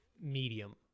medium